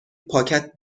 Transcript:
پاکت